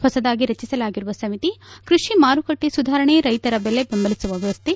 ಹೊಸದಾಗಿ ರಜಿಸಲಾಗಿರುವ ಸಮಿತಿ ಕೃಷಿ ಮಾರುಕಟ್ಟೆ ಸುಧಾರಣೆ ರೈತರ ಬೆಲೆ ಬೆಂಬಲಿಸುವ ವ್ಹವಸ್ಟೆ